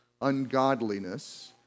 ungodliness